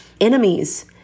enemies